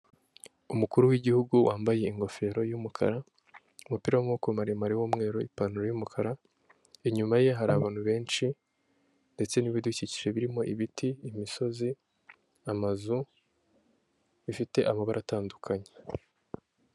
Serivisi za banki ya kigali zegerejwe abaturage ahanga baragaragaza uko ibikorwa biri kugenda bikorwa aho bagaragaza ko batanga serivisi zo kubika, kubikura, kuguriza ndetse no kwakirana yombi abakiriya bakagira bati murakaza neza.